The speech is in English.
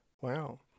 Wow